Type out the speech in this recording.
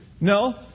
No